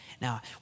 Now